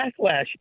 backlash